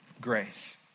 grace